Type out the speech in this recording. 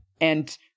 and-